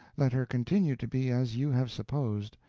let her continue to be as you have supposed,